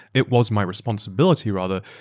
it was my responsibility, rather,